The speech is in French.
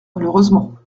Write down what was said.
malheureusement